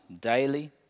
daily